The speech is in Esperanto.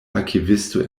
arkivisto